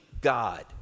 God